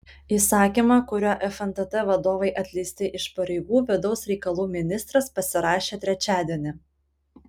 įsakymą kuriuo fntt vadovai atleisti iš pareigų vidaus reikalų ministras pasirašė trečiadienį